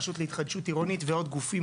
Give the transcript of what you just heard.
הרשות להתחדשות עירונית ועוד גופים,